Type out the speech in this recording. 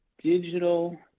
digital